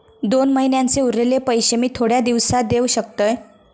दोन महिन्यांचे उरलेले पैशे मी थोड्या दिवसा देव शकतय?